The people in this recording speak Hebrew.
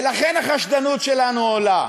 ולכן החשדנות שלנו עולה.